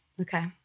Okay